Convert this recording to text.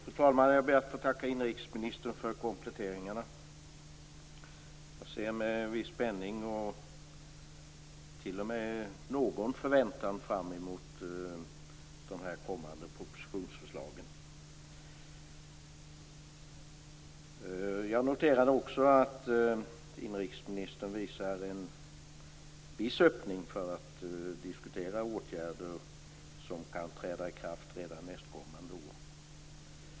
Fru talman! Jag ber att få tacka inrikesministern för kompletteringarna. Jag ser med en viss spänning och t.o.m. någon förväntan fram emot de kommande propositionsförslagen. Jag noterar också att inrikesministern ger en viss öppning för att diskutera åtgärder som kan träda i kraft redan nästkommande år.